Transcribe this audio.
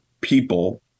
people